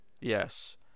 Yes